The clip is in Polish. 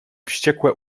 wściekłe